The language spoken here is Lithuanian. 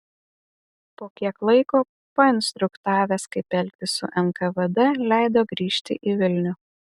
po kiek laiko painstruktavęs kaip elgtis su nkvd leido grįžti į vilnių